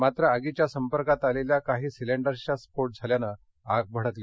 मात्र आगीच्या संपर्कात आलेल्या काही सिलेंडरचा स्फोट झाल्यानं आग भडकली